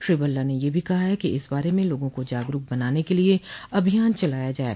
श्री भल्ला ने यह भी कहा है कि इस बारे में लोगों को जागरूक बनाने के लिए अभियान चलाया जाये